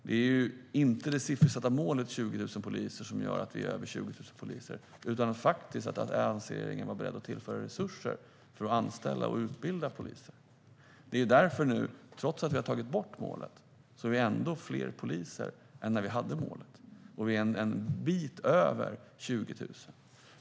Det är inte det siffersatta målet om 20 000 poliser som gör att det är över 20 000 poliser, utan att alliansregeringen faktiskt var beredd att tillföra resurser för att anställa och utbilda poliser. Trots att vi nu har tagit bort målet är det ändå fler poliser än när vi hade målet - en bit över 20 000.